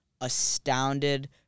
astounded